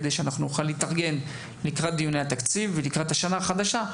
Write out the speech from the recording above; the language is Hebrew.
כדי שנוכל להתארגן לקראת דיוני התקציב ולקראת השנה החדשה,